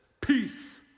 Peace